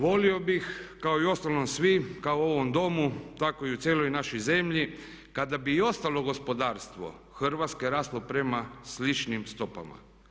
Volio bih kao i u ostalom svi, kao i u ovom Domu tako i u cijeloj našoj zemlji kako bi i ostao gospodarstvo Hrvatske raslo prema sličnim stopama.